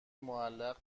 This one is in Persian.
معلق